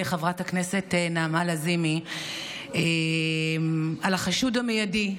חברת הכנסת נעמה לזימי על החשוד המיידי,